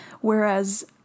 Whereas